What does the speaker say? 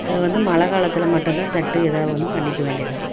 அது வந்து மழை காலத்தில் மட்டுந்தான் தட்டு எதாக ஒன்று பண்ணிக்கவேண்டியதுதான்